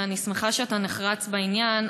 ואני שמחה שאתה נחרץ בעניין.